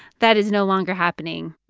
that is no longer happening